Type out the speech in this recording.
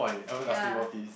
yea